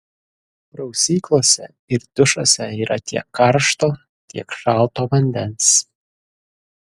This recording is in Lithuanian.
prausyklose ir dušuose yra tiek karšto tiek šalto vandens